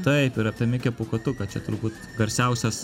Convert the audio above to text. taip ir apie mikę pūkuotuką čia turbūt garsiausias